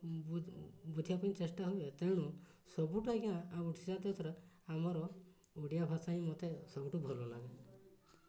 ବୁଝିବା ପାଇଁ ଚେଷ୍ଟା ହୁଏ ତେଣୁ ସବୁଠୁ ଆଜ୍ଞା ଓଡ଼ିଶା ଦେଶରେ ଆମର ଓଡ଼ିଆ ଭାଷା ହିଁ ମୋତେ ସବୁଠୁ ଭଲ ଲାଗେ